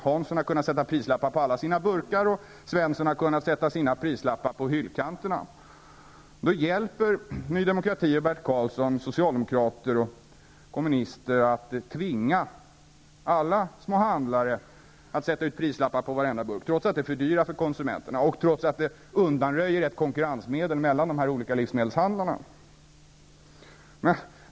Hansson har kunnat sätta prislappar på alla sina burkar, och Svensson har kunnat sätta sina lappar på hyllkanterna. Då hjälper Ny Demokrati och Bert Karlsson socialdemokrater och kommunister att tvinga alla små handlare att sätta prislapp på varenda burk, trots att det fördyrar för konsumenterna och trots att det undanröjer ett konkurrensmedel mellan de olika livsmedelshandlarna.